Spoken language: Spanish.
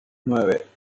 nueve